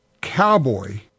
cowboy